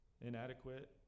inadequate